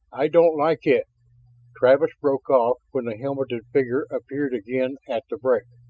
i don't like it travis broke off when the helmeted figure appeared again at the break.